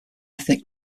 ethnic